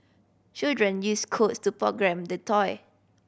children used codes to program the toy